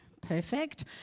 perfect